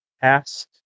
past